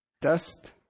dust